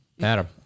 Adam